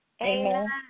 Amen